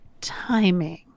timing